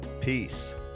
Peace